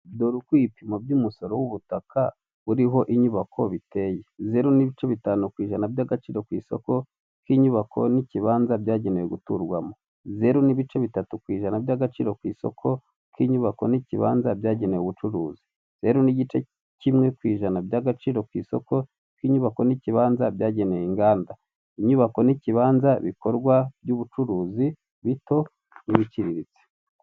Dore uko ibipimo by'umusoro w'ubutaka uriho inyubako biteye, zeru n'ibice bitanu ku ijana by'agaciro ku isoko k'inyubako n'ikibanza byagenewe guturwamo, zeru n'ibice bitatu ku ijana by'agaciro ku isoko k'inyubako n'ikibanza byagenewe ubucuruzi ,zero n'igice kimwe ku ijana by'agaciro ku isoko k'inyubako n'ikibanza byagenewe inganda , inyubako n'ikibanza bikorwa by'ubucuruzi bito n'ibiciriritse.